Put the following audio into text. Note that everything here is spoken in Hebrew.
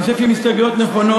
אני חושב שהן הסתייגויות נכונות.